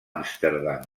amsterdam